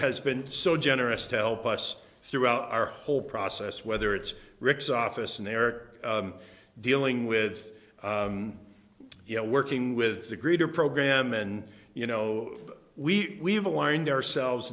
has been so generous to help us throughout our whole process whether it's rick's office america dealing with you know working with the greeter program and you know we have aligned ourselves